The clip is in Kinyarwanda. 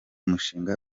mushinga